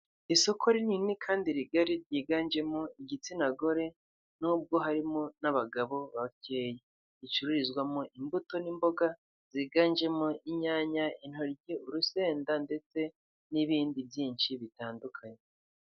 Isoko rinini kandi rigari ryiganjemo igitsina gore nubwo harimo n'abagabo bakeya, ricururizwamo imbuto n'imboga ziganjemo inyanya, urusenda ndetse n'ibindi byinshi bitandukanye.